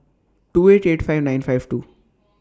two eight eight five nine five two